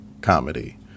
comedy